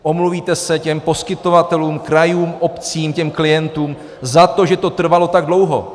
Omluvíte se těm poskytovatelům, krajům, obcím, těm klientům za to, že to trvalo tak dlouho.